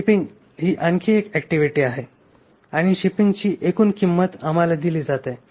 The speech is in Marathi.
शिपिंग ही आणखी एक ऍक्टिव्हिटी आहे आणि शिपिंगची एकूण किंमत आम्हाला दिली जाते